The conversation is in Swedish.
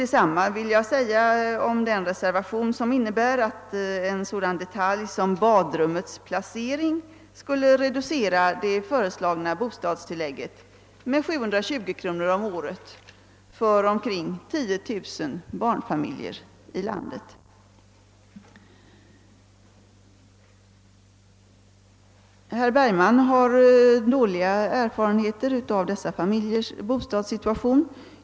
Detsamma vill jag säga om den reservation som innebär att en sådan detalj som badrummets placering skulle reducera det föreslagna bostadstillägget med 720 kronor per år för omkring 10 000 barnfamiljer i landet. Herr Bergman har dåliga erfarenheter av dessa familjers bostadssituation.